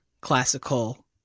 classical